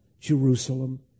Jerusalem